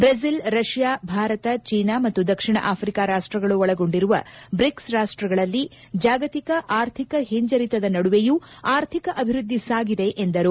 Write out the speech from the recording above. Brazil Russia Bharat China ಮತ್ತು ದಕ್ಷಿಣ Africa ರಾಷ್ವಗಳು ಒಳಗೊಂಡಿರುವ ಬ್ರಿಕ್ಸ್ ರಾಷ್ಟ್ರಗಳಲ್ಲಿ ಜಾಗತಿಕ ಆರ್ಥಿಕ ಹಿಂಜರಿತದ ನಡುವೆಯೂ ಆರ್ಥಿಕ ಅಭಿವೃದ್ದಿ ಸಾಗಿದೆ ಎಂದರು